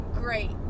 great